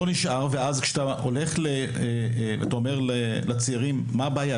לא נשאר ואז כשאתה הולך ואתה אומר לצעירים מה הבעיה,